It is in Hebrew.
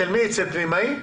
אצל פנימאי?